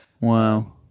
Wow